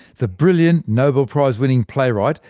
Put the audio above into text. the brilliant nobel-prize winning playwright,